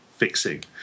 fixing